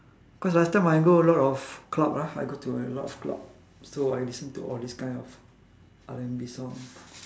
cause last time I go a lot of club lah I go to a lot of club so I listen to all this kind of R&B song